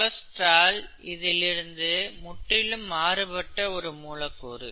cholesterol இதிலிருந்து முற்றிலும் மாறுபட்ட ஒரு மூலக்கூறு